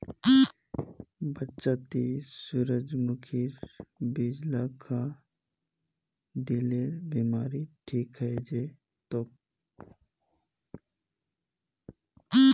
चच्चा ती सूरजमुखीर बीज ला खा, दिलेर बीमारी ठीक हइ जै तोक